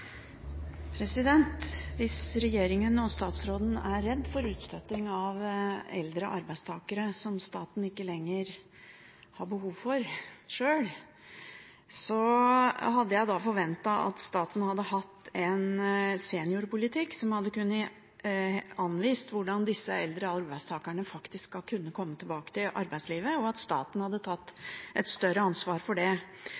utstøtende. Hvis regjeringen og statsråden er redd for utstøting av eldre arbeidstakere som staten ikke lenger har behov for sjøl, hadde jeg forventet at staten hadde hatt en seniorpolitikk som kunne ha anvist hvordan disse eldre arbeidstakerne faktisk skal kunne komme tilbake til arbeidslivet, og at staten hadde tatt et større ansvar for det.